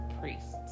priests